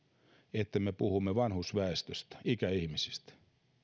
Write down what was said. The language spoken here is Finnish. että me puhumme vanhusväestöstä ikäihmisistä